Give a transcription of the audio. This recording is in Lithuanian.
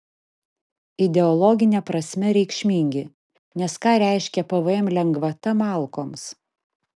ideologine prasme reikšmingi nes ką reiškia pvm lengvata malkoms